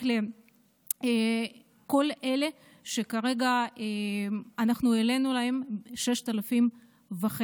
לכל אלה שכרגע העלינו להם ל-6,500 ש"ח,